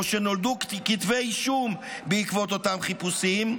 שנולדו כתבי אישום בעקבות אותם חיפושים,